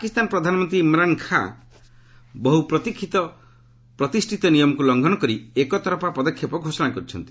ପାକିସ୍ତାନ ପ୍ରଧାନମନ୍ତ୍ରୀ ଇମ୍ରାନ୍ ଖାନ୍ ବହୁ ପ୍ରତିଷ୍ଠିତ ନିୟମକୁ ଲଙ୍ଘନ କରି ଏକତରଫା ପଦକ୍ଷେପ ଘୋଷଣା କରିଛନ୍ତି